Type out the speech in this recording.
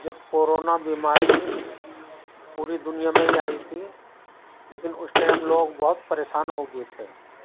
جب کورونا بیماری پوری دنیا میں ہی آئی تھی لیکن اس ٹائم لوگ بہت پریشان ہو گئے تھے